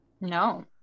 no